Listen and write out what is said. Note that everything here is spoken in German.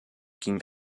ging